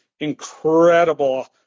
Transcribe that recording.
Incredible